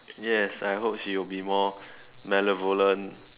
yes I hope she will be more benevolent